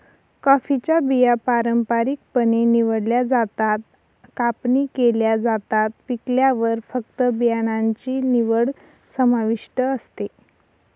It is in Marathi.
कॉफीच्या बिया पारंपारिकपणे निवडल्या जातात, कापणी केल्या जातात, पिकल्यावर फक्त बियाणांची निवड समाविष्ट असते